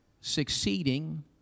Succeeding